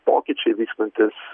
pokyčiai vykstantys